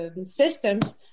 systems